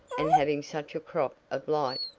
and having such a crop of light,